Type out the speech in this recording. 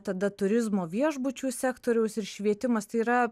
tada turizmo viešbučių sektoriaus ir švietimas tai yra